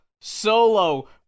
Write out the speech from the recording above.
solo